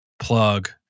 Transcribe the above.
plug